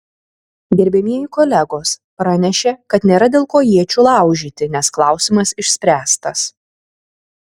gerbiamieji kolegos pranešė kad nėra dėl ko iečių laužyti nes klausimas išspręstas